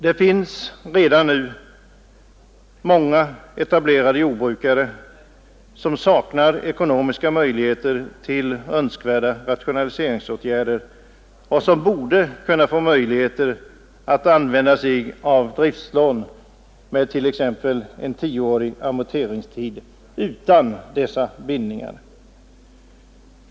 Det finns redan nu många etablerade jordbrukare som saknar ekonomiska möjligheter till önskvärda rationaliseringsåtgärder och som borde få möjlighet att använda driftslån med t.ex. en tioårig amorteringstid utan sådan bindning.